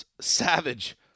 savage